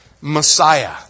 Messiah